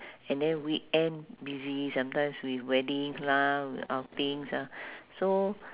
and then weekend busy sometimes with weddings lah with outings ah so